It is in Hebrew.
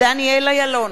דניאל אילון,